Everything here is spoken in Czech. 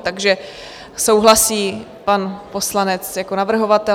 Takže souhlasí pan poslanec jako navrhovatel.